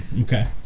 Okay